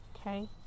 Okay